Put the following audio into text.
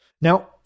Now